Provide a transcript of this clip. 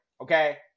okay